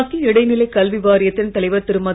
மத்திய இடைநிலைக் கல்வி வாரியத்தின் தலைவர் திருமதி